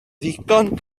ddigon